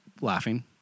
laughing